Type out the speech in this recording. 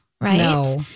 Right